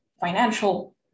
financial